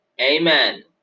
Amen